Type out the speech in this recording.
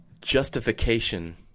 justification